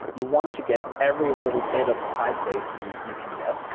you want to get every little bit of type safety you can get.